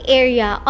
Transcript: area